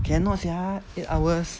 cannot sia eight hours